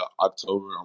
October